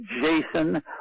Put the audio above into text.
Jason